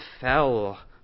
fell